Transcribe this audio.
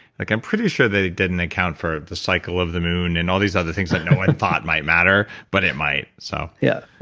like i'm pretty sure they didn't account for the cycle of the moon and all these other things that none one thought might matter but it might. so yeah.